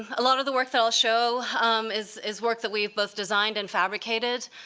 a lot of the work that i'll show um is is work that we've both designed and fabricated.